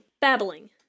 Babbling